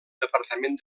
departament